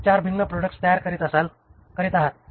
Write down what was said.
आपण 4 भिन्न प्रॉडक्ट्स तयार करीत आहात